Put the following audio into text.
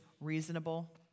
reasonable